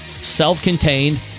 Self-contained